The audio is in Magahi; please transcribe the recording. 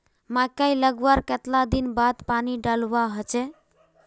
मकई लगवार कतला दिन बाद पानी डालुवा होचे?